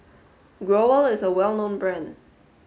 Growell is a well known brand